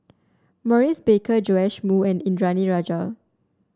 Maurice Baker Joash Moo and Indranee Rajah